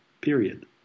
period